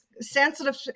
sensitive